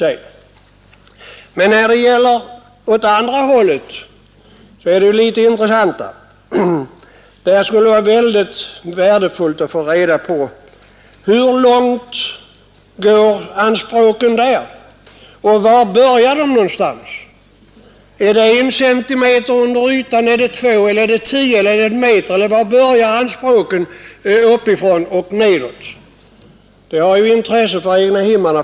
Men i den andra riktningen — nedåt under markytan — är frågan litet intressantare. Det skulle vara mycket värdefullt att få reda på hur långt anspråken går i det avseendet och var någonstans de börjar. Är det 1 cm, 2 cm, 10 cm eller 1 m över och under jord eller var börjar anspråken? Detta har ju intresse för egnahemmarna.